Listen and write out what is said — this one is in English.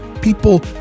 people